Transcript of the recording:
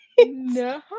no